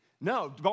No